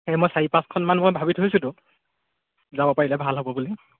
সেয়ে মই চাৰি পাঁচখনমান মই ভাবি থৈছোতো যাব পাৰিলে ভাল হ'ব বুলি